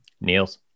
Niels